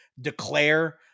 declare